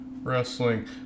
Wrestling